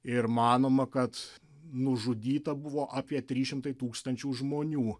ir manoma kad nužudyta buvo apie trys šimtai tūkstančių žmonių